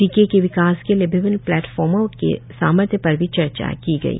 टीके के विकास के लिए विभिन्न प्लेटफार्मों के सामर्थ्य पर भी चर्चा की गई